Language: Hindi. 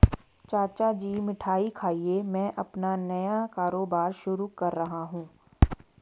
चाचा जी मिठाई खाइए मैं अपना नया कारोबार शुरू कर रहा हूं